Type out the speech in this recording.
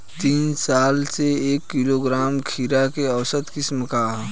तीन साल से एक किलोग्राम खीरा के औसत किमत का ह?